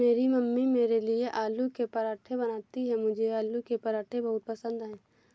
मेरी मम्मी मेरे लिए आलू के पराठे बनाती हैं मुझे आलू के पराठे बहुत पसंद है